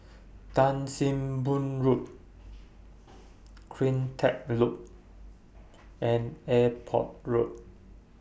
Tan SIM Boh Road CleanTech Loop and Airport Road